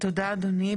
תודה אדוני.